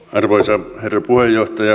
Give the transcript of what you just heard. arvoisa herra puheenjohtaja